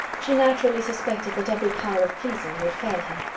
she naturally suspected that every power of pleasing would fail her.